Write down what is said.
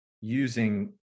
using